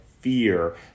fear